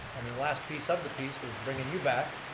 and the last piece of the piece was bringing you back.